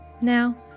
Now